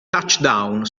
touchdown